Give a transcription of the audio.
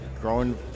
growing